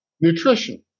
nutrition